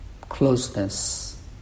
closeness